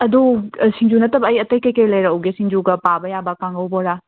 ꯑꯗꯨ ꯁꯤꯡꯖꯨ ꯅꯠꯇꯕ ꯑꯩ ꯑꯇꯩ ꯀꯩ ꯀꯩ ꯂꯩꯔꯛꯎꯒꯦ ꯁꯤꯡꯖꯨꯒ ꯄꯥꯕ ꯌꯥꯕ ꯀꯥꯡꯍꯧ ꯕꯣꯔꯥ